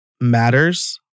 matters